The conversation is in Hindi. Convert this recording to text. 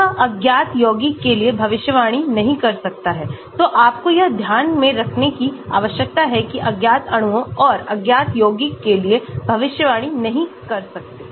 यह अज्ञात यौगिक के लिए भविष्यवाणी नहीं कर सकता है तो आपको यह ध्यान में रखने की आवश्यकता है कि अज्ञात अणुओं और अज्ञात यौगिकों के लिए भविष्यवाणी नहीं कर सकते